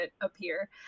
appear